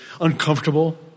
uncomfortable